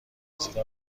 زیرا